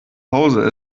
hause